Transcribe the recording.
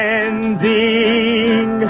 ending